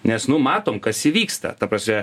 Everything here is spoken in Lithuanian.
nes nu matom kas įvyksta ta prasme